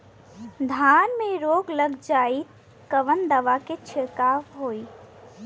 धान में रोग लग जाईत कवन दवा क छिड़काव होई?